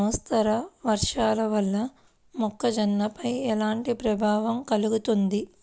మోస్తరు వర్షాలు వల్ల మొక్కజొన్నపై ఎలాంటి ప్రభావం కలుగుతుంది?